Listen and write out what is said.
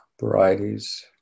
varieties